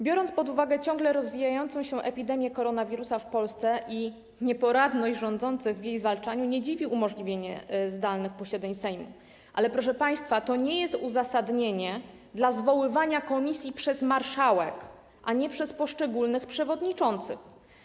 Biorąc pod uwagę ciągle rozwijającą się epidemię koronawirusa w Polsce i nieporadność rządzących w jej zwalczaniu, nie dziwi umożliwienie zdalnych posiedzeń Sejmu, ale, proszę państwa, to nie jest uzasadnienie dla zwoływania posiedzeń komisji przez marszałek, a nie przez poszczególnych przewodniczących.